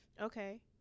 Okay